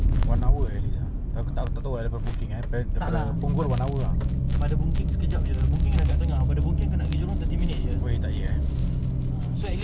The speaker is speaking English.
eh apa sengkang hougang hougang gi tampines dekat aku duduk tampines dulu sampai about five twenty five twenty tak ada aku hantar kau fast game ya five thirty